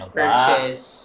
purchase